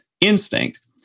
instinct